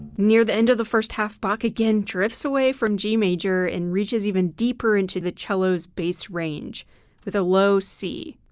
near the end of the first half, bach again drifts away from g major and reaches even deeper into the cello's bass range with a low c.